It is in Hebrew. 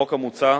החוק המוצע,